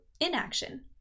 inaction